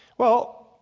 well,